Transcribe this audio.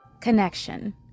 Connection